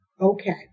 Okay